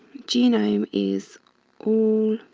genome is all